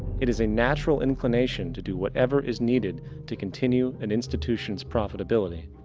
it is a natural inclination to do whatever is needed to continue an institution's profitability.